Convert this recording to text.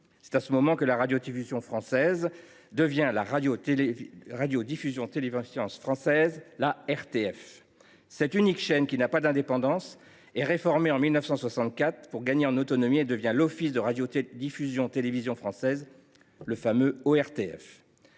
C’est à ce moment que la Radiodiffusion française devient la Radiodiffusion télévision française, la RTF. Cette unique chaîne, non indépendante, est réformée en 1964 pour gagner en autonomie. Elle devient alors l’Office de radiodiffusion télévision française, le fameux ORTF.